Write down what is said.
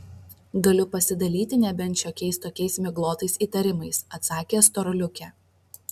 galiu pasidalyti nebent šiokiais tokiais miglotais įtarimais atsakė storuliuke